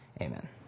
Amen